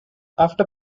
after